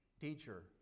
Teacher